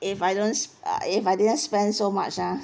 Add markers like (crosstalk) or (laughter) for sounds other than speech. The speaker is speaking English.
if I don't (noise) uh if I didn't spend so much ah